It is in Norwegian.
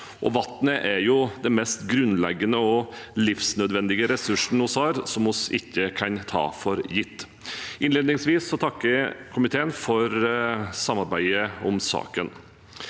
Vannet er jo den mest grunnleggende og livsnødvendige ressursen vi har, som vi ikke kan ta for gitt. Innledningsvis takker jeg komiteen for samarbeidet om saken.